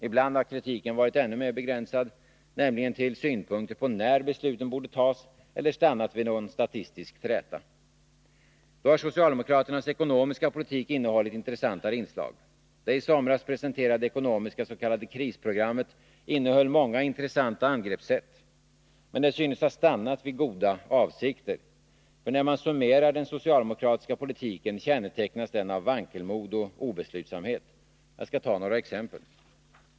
Ibland har kritiken varit ännu mer begränsad, nämligen till synpunkter på när besluten borde fattas, eller stannat vid någon statistisk träta. Då har socialdemokraternas ekonomiska politik innehållit intressantare inslag. Det i somras presenterade ekonomiska s.k. krisprogrammet innehöll många intressanta angreppssätt. Men det synes ha stannat vid goda avsikter. För när man summerar den socialdemokratiska politiken, finner man att den kännetecknas av vankelmod och obeslutsamhet. Jag skall ta några exempel.